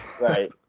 Right